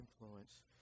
influence